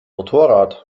motorrad